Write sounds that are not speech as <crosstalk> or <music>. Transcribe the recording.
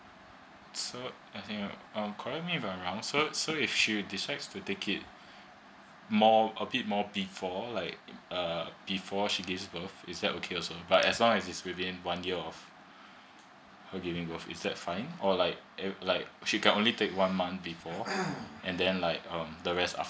so mm um correct me if I'm wrong so so if she decides to take it more a bit more before like uh before she give birth is that okay also but as long as it's within one year of her giving birth is that fine or like like she can only take one month before <coughs> mm and then like um the rest after